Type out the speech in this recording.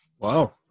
Wow